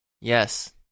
yes